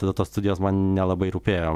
tada tos studijos man nelabai rūpėjo